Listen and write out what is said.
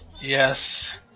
yes